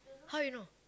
how you know